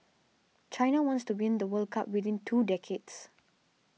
China wants to win the World Cup within two decades